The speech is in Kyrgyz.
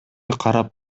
карап